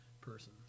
person